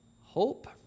Hope